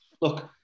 Look